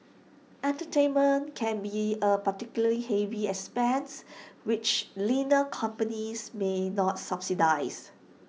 entertainment can be A particularly heavy expense which leaner companies may not subsidise